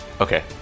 Okay